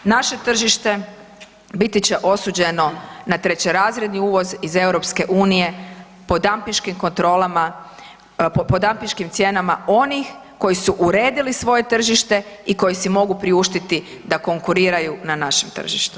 Naše tržište biti će osuđeno na trećerazredni uvoz iz EU po dampinškim kontrolama, po dampinškim cijenama onih koji su uredili svoje tržište i koji si mogu priuštiti da konkuriraju na našem tržištu.